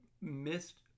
missed